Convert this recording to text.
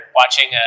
watching